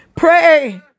Pray